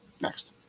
Next